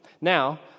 Now